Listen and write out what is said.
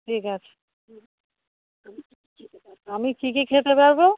ঠিক আছে আমি কি কি খেতে পারবো